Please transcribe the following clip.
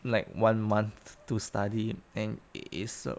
like one month to study and it is